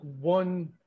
one